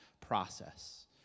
process